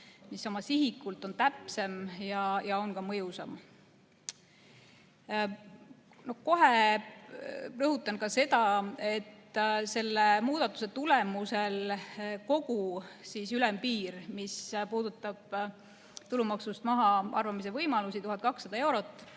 mis oma sihiku poolest on täpsem ja ka mõjusam. Kohe rõhutan seda, et selle muudatuse tulemusel kogu ülempiir, mis puudutab tulumaksust mahaarvamise võimalusi, 1200 eurot,